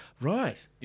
Right